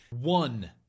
one